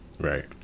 right